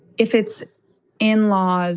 if it's in-laws.